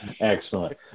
Excellent